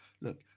look